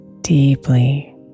deeply